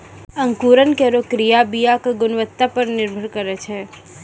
अंकुरन केरो क्रिया बीया क गुणवत्ता पर निर्भर करै छै